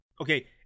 Okay